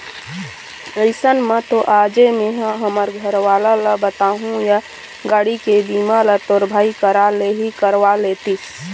अइसन म तो आजे मेंहा हमर घरवाला ल बताहूँ या गाड़ी के बीमा ल तोर भाई करा ले ही करवा लेतिस